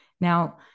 Now